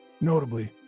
Notably